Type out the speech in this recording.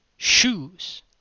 shoes